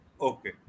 okay